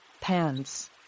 pants